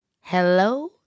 Hello